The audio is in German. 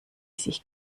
sich